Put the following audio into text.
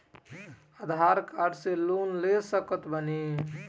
आधार card से loan ले सकत बणी?